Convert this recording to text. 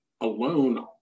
alone